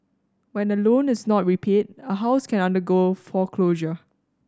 when a loan is not repaid a house can undergo foreclosure